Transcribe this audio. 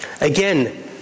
Again